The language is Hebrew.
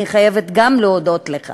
אני חייבת גם להודות לך